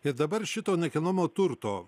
ir dabar šito nekilnojamo turto